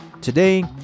Today